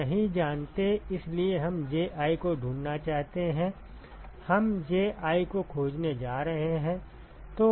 हम नहीं जानते इसलिए हम Ji को ढूंढना चाहते हैं हम Ji को खोजने जा रहे हैं